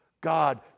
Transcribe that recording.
God